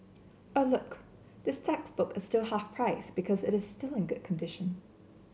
oh look this textbook is still half price because it is still in good condition